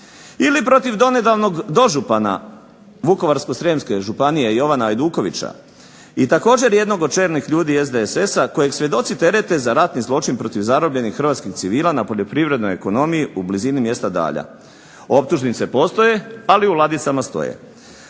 Ili protiv donedavnog dožupana Vukovarsko-srijemske županije Jovana Ajdukovića, i također od jednih od čelnih ljudi SDSS-a kojeg svjedoci terete za ratni zločin protiv zarobljenih hrvatskih civilna na poljoprivrednoj ekonomiji u blizini mjesta Dalja. Optužnice postoje, ali u ladicama stoje.